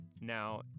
Now